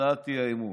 הצעת האי-אמון.